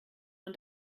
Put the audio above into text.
man